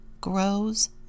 grows